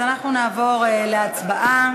אז אנחנו נעבור להצבעה